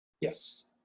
yes